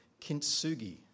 kintsugi